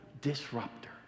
disruptor